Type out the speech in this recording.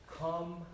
come